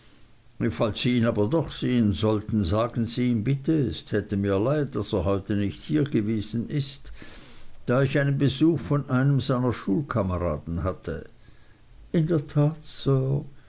falls sie ihn aber doch sehen sollten sagen sie ihm bitte es täte mir sehr leid daß er heute nicht hier gewesen ist da ich einen besuch von einem seiner schulkameraden hatte in der tat sir